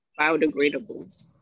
biodegradable